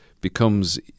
becomes